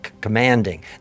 commanding